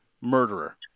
murderer